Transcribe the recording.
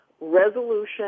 resolution